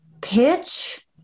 pitch